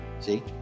See